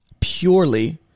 purely